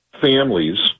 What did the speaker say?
families